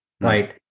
right